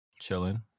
chilling